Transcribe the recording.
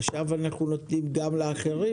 עכשיו אנחנו נותנים גם לאחרים.